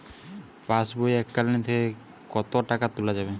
পাশবই এককালীন থেকে কত টাকা তোলা যাবে?